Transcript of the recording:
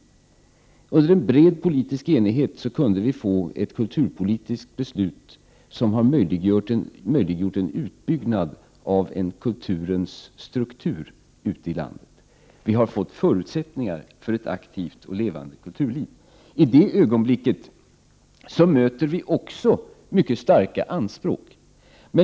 Under en bred politisk enighet kunde vi fatta ett kulturpolitiskt beslut som har möjliggjort en utbyggnad av en kulturens struktur ute i landet och gett förutsättningar för ett aktivt och levande kulturliv. I det ögonblicket möter vi också mycket starka anspråk.